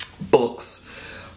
Books